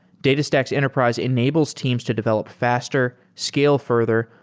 datastax enterprise enables teams to develop faster, scale further,